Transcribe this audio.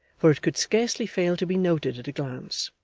for it could scarcely fail to be noted at a glance.